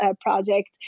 project